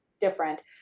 different